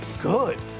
good